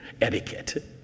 etiquette